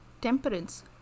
temperance